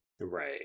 Right